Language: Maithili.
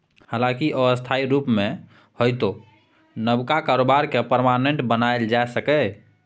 हालांकि अस्थायी रुप मे होइतो नबका कारोबार केँ परमानेंट बनाएल जा सकैए